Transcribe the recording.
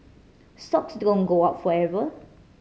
stocks don't go up forever